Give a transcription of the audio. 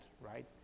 right